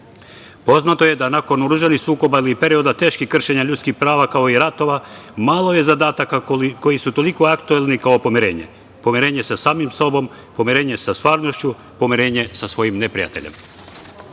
Balkanu. Poznato je da nakon oružanih sukoba i perioda teških kršenja ljudskih prava, kao i ratova, malo je zadataka koji su toliko aktuelni kao pomirenje. Pomirenje sa samim sobom, pomirenje sa stvarnošću, pomirenje sa svojim neprijateljem.